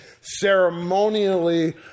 ceremonially